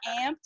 amped